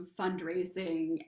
fundraising